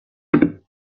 pedregue